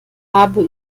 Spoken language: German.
habe